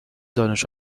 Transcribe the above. دانش